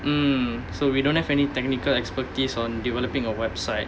mm so we don't have any technical expertise on developing a website